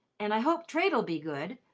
and i hope trade'll be good.